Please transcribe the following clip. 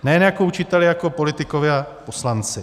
Nejen jako učiteli, ale i jako politikovi a poslanci.